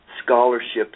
Scholarships